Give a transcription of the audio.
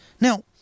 Now